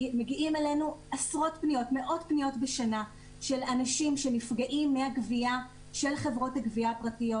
מגיעות אלינו מאות פניות בשנה של נפגעי חברות הגבייה הפרטיות.